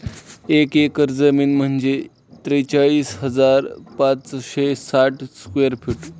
एक एकर जमीन म्हणजे त्रेचाळीस हजार पाचशे साठ चौरस फूट